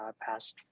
past